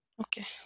Okay